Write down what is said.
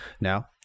Now